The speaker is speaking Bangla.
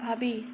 ভাবি